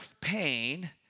pain